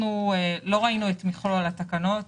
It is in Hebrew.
אנחנו לא ראינו את מכלול התקנות,